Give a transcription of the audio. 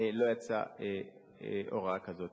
לא יצאה הוראה כזאת.